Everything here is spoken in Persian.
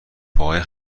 پاهای